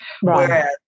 whereas